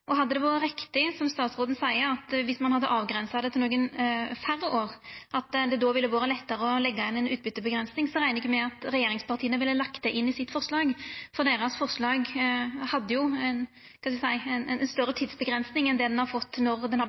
Hadde det vore riktig, som statsråden seier, at dersom ein hadde avgrensa det til nokre færre år, hadde det vore lettare å leggja inn ei utbytteavgrensing, reknar eg med at regjeringspartia ville lagt det inn i sitt forslag. Forslaget deira hadde ei større tidsavgrensing enn det det har fått når det har